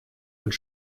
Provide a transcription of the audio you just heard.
und